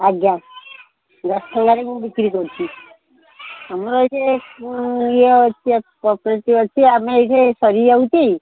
ଆଜ୍ଞା ଦଶ ଟଙ୍କାରେ ମୁଁ ବିକ୍ରି କରୁଛି ଆମର ଏଇଠି ଇଏ ଅଛି ପପେଟି ଅଛି ଆମେ ଏଠି ସରିଯାଉଛି